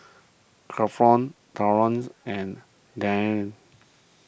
Grafton Terance and Dayne